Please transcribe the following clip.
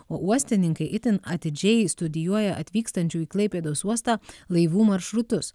o uostininkai itin atidžiai studijuoja atvykstančių į klaipėdos uostą laivų maršrutus